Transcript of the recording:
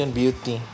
beauty